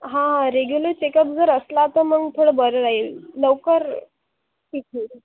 हा regular checkup जर असला तर मग थोडं बरं राहील लवकर ठीक होईल